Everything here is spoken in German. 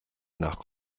nach